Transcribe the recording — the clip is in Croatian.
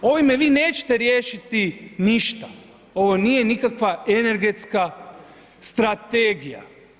Ovime vi nećete riješiti ništa, ovo nije nikakva energetska strategija.